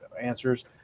answers